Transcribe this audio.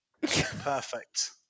Perfect